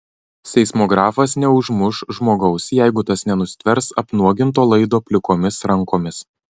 seismografas neužmuš žmogaus jeigu tas nenustvers apnuoginto laido plikomis rankomis